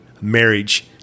marriage